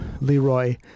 Leroy